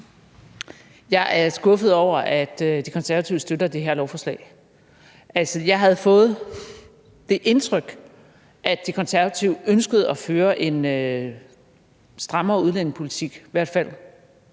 Jeg er skuffet over, at De Konservative støtter det her lovforslag. Jeg havde fået det indtryk, at De Konservative ønskede at føre en strammere udlændingepolitik,